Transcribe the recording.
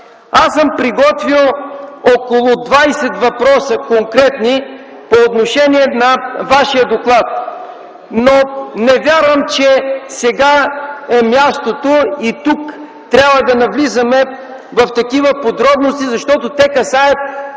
Приготвил съм около 20 конкретни въпроса по отношение на Вашия доклад, но не вярвам, че сега е мястото и тук трябва да навлизаме в такива подробности, защото те касаят